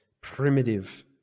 primitive